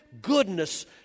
goodness